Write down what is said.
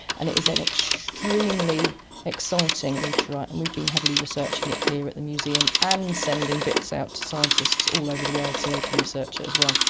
and it is an extremely exciting meteorite and we've been heavily researching it here at the museum and sending bits out to scientists all over the world so they can research it as well.